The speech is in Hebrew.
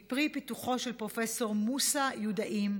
היא פרי פיתוחו של פרופ' מוסא יודעים,